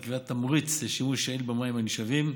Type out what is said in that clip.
וקביעת תמריץ לשימוש יעיל במים הנשאבים,